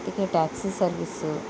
అయితే taxi service